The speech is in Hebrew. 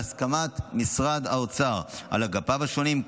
בהסכמת משרד האוצר על אגפיו השונים,